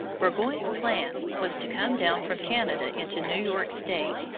burgoyne's plan was to come down from canada into new york state,